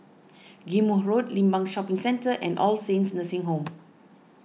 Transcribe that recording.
Ghim Moh Road Limbang Shopping Centre and All Saints Nursing Home